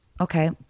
okay